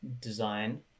design